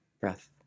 breath